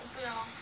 我不要